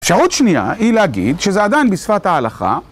אפשר עוד שנייה היא להגיד שזה עדיין בשפת ההלכה.